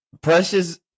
precious